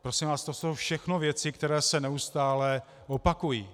Prosím vás, to jsou všechno věci, které se neustále opakují.